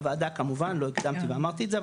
הוועדה כמובן לא הקדמתי ואמרתי את זה,